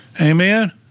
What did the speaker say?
Amen